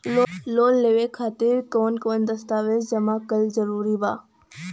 Loan लेवे खातिर कवन कवन दस्तावेज जमा कइल जरूरी बा?